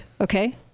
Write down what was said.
okay